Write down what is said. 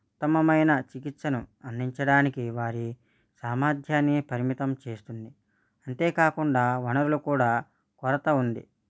ఉత్తమమైన చికిత్సను అందించడానికి వారి సామర్థ్యాన్ని పరిమితం చేస్తుంది అంతేకాకుండా వనరులకు కూడా కొరత ఉంది